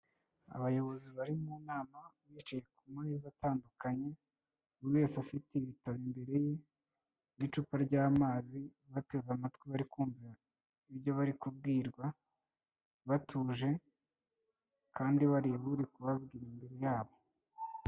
Abayobozi bari mu nama bicaye ku meza atandukanye, buri wese afite ibitabo imbere ye n'icupa ry'amazi; bateze amatwi bari kumva ibyo bari kubwirwa batuje, kandi bareba uri kubabwira imbere yabo.